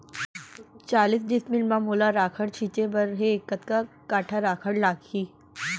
चालीस डिसमिल म मोला राखड़ छिंचे बर हे कतका काठा राखड़ लागही?